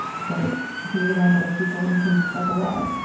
but he was around other people and couldn't step away.